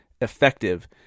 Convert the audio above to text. effective